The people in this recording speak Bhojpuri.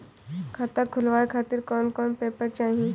खाता खुलवाए खातिर कौन कौन पेपर चाहीं?